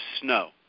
snow